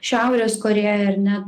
šiaurės korėją ar ne